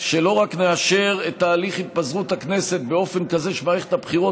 שלא רק נאשר את תהליך התפזרות הכנסת באופן כזה שמערכת הבחירות